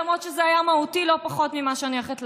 למרות שזה היה מהותי לא פחות ממה שאני הולכת להגיד: